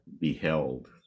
beheld